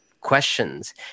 questions